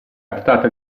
dotata